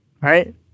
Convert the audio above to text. right